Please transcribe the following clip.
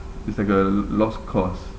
it's like a lost cause